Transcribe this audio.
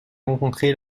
rencontrée